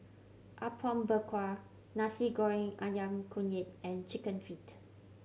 Apom Berkuah Nasi Goreng Ayam Kunyit and Chicken Feet